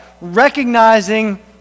recognizing